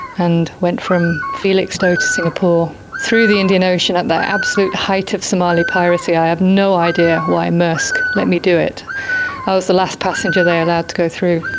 and i went from felixstowe to singapore through the indian ocean at the absolute height of somali piracy. i have no idea why maersk let me do it. i was the last passenger there allowed to go through,